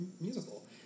musical